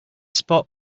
spot